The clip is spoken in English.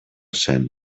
san